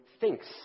thinks